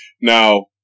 Now